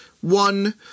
one